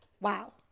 wow